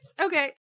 Okay